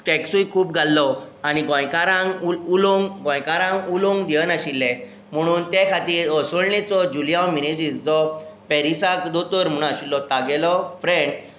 टॅक्सूय खूब घाल्लो आनी गोंयकारांक उल उलोवंक गोंयकारांक उलोवंक दिय नाशिल्ले म्हुणून ते खातीर असोळणेचो जुलियांव मिनेजीस जो पॅरिसाक दोतोर म्हुणू आशिल्लो तागेलो फ्रँड